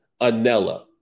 Anella